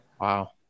Wow